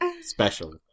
special